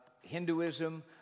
Hinduism